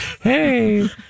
Hey